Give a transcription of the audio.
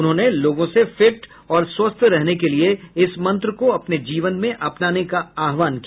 उन्होंने लोगों से फिट और स्वस्थ रहने के लिए इस मंत्र को अपने जीवन में अपनाने का आह्वान किया